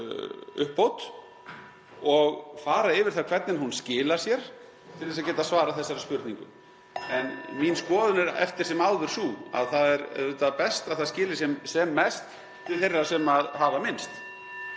og fara yfir það hvernig hún skilar sér, til þess að geta svarað þessari spurningu. En mín skoðun er eftir sem áður sú að það er auðvitað best að það skili sér sem mest til þeirra sem hafa minnst.